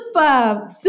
super